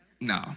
No